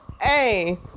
Hey